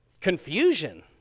confusion